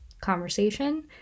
conversation